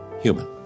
human